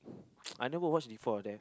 I never watch before there